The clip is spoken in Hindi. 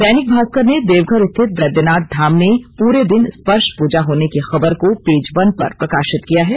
दैनिक भास्कर ने देवघर स्थित वैधनाथ धाम में पूरे दिन स्पर्श पूजा होने की खबर को पेज वन पर प्रकाशित किया है